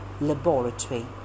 laboratory